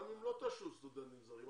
גם אם לא תאשרו סטודנטים זרים,